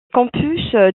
campus